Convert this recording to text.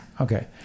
Okay